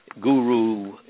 guru